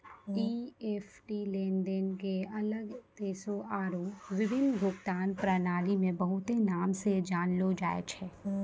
EFT लेनदेन के अलग देशो आरु विभिन्न भुगतान प्रणाली मे बहुते नाम से जानलो जाय छै